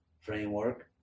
framework